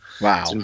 Wow